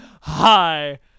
hi